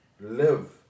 live